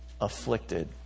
afflicted